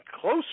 close